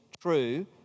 true